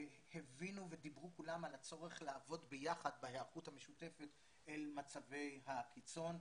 והבינו ודיברו כולם על הצורך לעבוד ביחד בהיערכות המשותפת למצבי הקיצון,